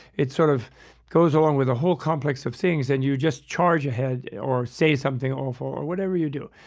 it sort of goes along with the whole complex of things and you just charge ahead or say something awful or whatever you do.